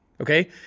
Okay